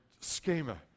schema